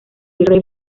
virrey